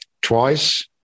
twice